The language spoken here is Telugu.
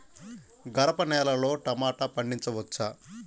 గరపనేలలో టమాటా పండించవచ్చా?